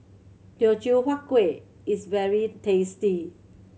Teochew Huat Kuih is very tasty